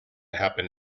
happen